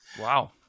Wow